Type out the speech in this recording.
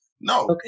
no